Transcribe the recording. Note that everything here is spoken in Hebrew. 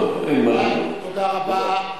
תודה רבה.